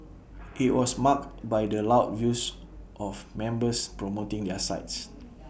IT was marked by the loud views of members promoting their sides